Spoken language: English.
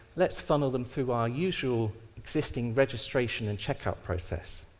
let's funnel them through our usual existing registration and check-out process